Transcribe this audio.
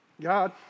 God